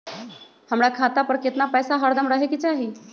हमरा खाता पर केतना पैसा हरदम रहे के चाहि?